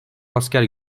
asker